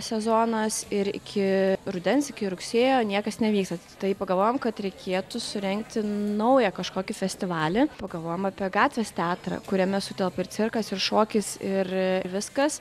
sezonas ir iki rudens iki rugsėjo niekas nevyksta tai pagalvojom kad reikėtų surengti naują kažkokį festivalį pagalvojom apie gatvės teatrą kuriame sutelpa ir cirkas ir šokis ir viskas